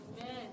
Amen